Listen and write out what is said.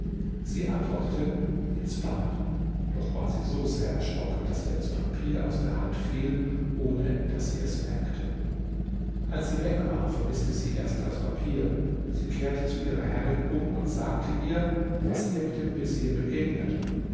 sie antwortete ins bad doch war sie so sehr erschrocken daß ihr das papier aus der hand fiel ohne daß sie es merkte als sie weg war vermißte sie erst das papier sie kehrte zu ihrer herrin um und sagte ihr was ihr mit dem vezier begegnet